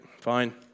fine